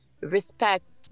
respect